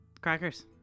crackers